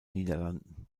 niederlanden